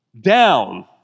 Down